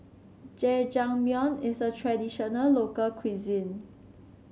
Jajangmyeon is a traditional local cuisine